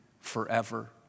forever